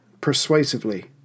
persuasively